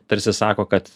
tarsi sako kad